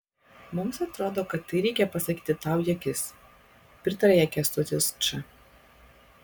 mums atrodo kad tai reikia pasakyti tau į akis pritarė jai kęstutis č